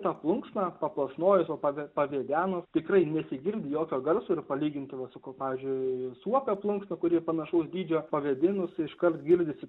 tą plunksną paplasnojus o pavė pavėdenus tikrai nesigirdi jokio garso ir palyginti va su pavyzdžiui suopio plunksna kuri panašaus dydžio pavėdinus iškart girdisi